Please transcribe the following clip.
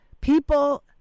people